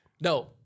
No